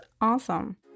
awesome